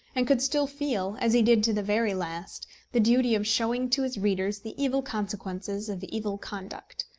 and could still feel as he did to the very last the duty of showing to his readers the evil consequences of evil conduct.